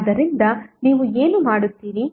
ಆದ್ದರಿಂದ ನೀವು ಏನು ಮಾಡುತ್ತೀರಿ